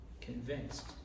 convinced